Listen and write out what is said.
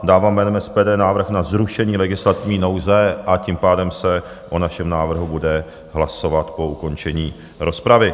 Dávám jménem SPD návrh na zrušení legislativní nouze, a tím pádem se o našem návrhu bude hlasovat po ukončení rozpravy.